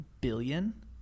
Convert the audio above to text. billion